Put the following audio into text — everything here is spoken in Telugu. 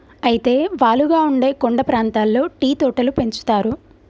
అయితే వాలుగా ఉండే కొండ ప్రాంతాల్లో టీ తోటలు పెంచుతారు